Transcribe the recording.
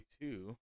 two